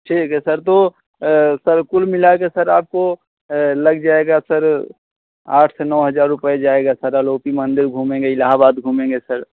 ठीक है सर तो कुल मिलाकर सर आपको लग जाएगा सर आठ से नौ हज़ार रुपया जाएगा सर अलोपी मंदिर घूमेंगे इलाहाबाद घूमेंगे सर